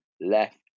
left